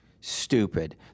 stupid